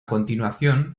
continuación